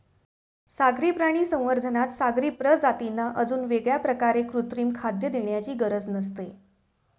सागरी प्राणी संवर्धनात सागरी प्रजातींना अजून वेगळ्या प्रकारे कृत्रिम खाद्य देण्याची गरज नसते